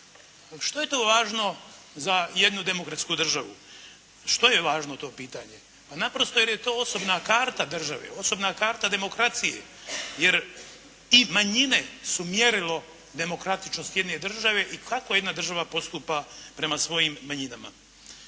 Što je tu važno za jednu demokratsku državu. Što je važno to pitanje? Pa naprosto jer je to osobna karta države, osobna karta demokracije, jer i manjine su mjerilo demokratičnosti jedne države i kako jedna država postupa prema svojim manjinama.